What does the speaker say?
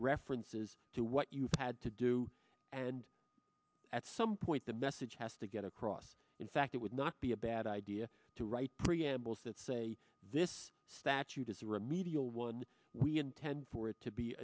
references to what you've had to do and at some point the message has to get across in fact it would not be a bad idea to write preambles that say this statute is a remedial one we intend for it to be